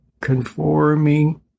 conforming